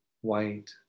white